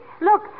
Look